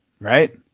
Right